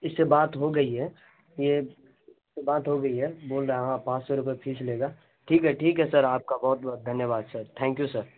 اس سے بات ہو گئی ہے یہ اس سے بات ہو گئی ہے بول رہا ہے ہاں پانچ سو رپے فیس لے گا ٹھیک ہے ٹھیک ہے سر آپ کا بہت بہت دھنیہ واد سر تھینک یو سر